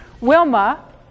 Wilma